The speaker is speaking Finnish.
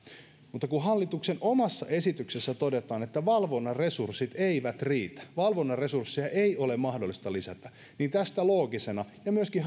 mutta kun hallituksen omassa esityksessä todetaan että valvonnan resurssit eivät riitä valvonnan resursseja ei ole mahdollista lisätä niin tästä loogisena ja myöskin